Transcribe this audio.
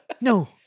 No